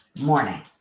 morning